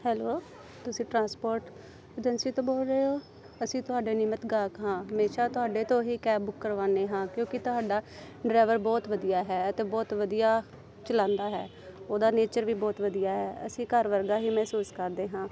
hello ਤੁਸੀਂ transport agency ਤੋਂ ਬੋਲ ਰਹੇ ਹੋ ਅਸੀਂ ਤੁਹਾਡੇ ਨਿਯਮਤ ਗਾਹਕ ਹਾਂ ਹਮੇਸ਼ਾ ਤੁਹਾਡੇ ਤੋਂ ਹੀ ਕੈਬ ਬੁੱਕ ਕਰਵਾਉਂਦੇ ਹਾਂ ਕਿਉਂਕਿ ਤੁਹਾਡਾ ਡਰਾਈਵਰ ਬਹੁਤ ਵਧੀਆ ਹੈ ਅਤੇ ਬਹੁਤ ਵਧੀਆ ਚਲਾਉਂਦਾ ਹੈ ਉਹਦਾ ਨੇਚਰ ਵੀ ਬਹੁਤ ਵਧੀਆ ਅਸੀਂ ਘਰ ਵਰਗਾ ਹੀ ਮਹਿਸੂਸ ਕਰਦੇ ਹਾਂ